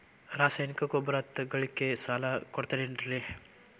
ರಾಸಾಯನಿಕ ಗೊಬ್ಬರ ತಗೊಳ್ಳಿಕ್ಕೆ ಸಾಲ ಕೊಡ್ತೇರಲ್ರೇ?